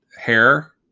hair